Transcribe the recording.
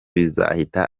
bizahita